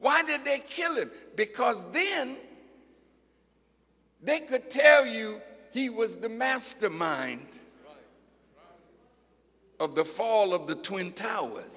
why did they kill him because then they could tell you he was the mastermind of the fall of the twin towers